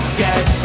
get